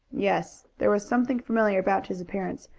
yes there was something familiar about his appearance,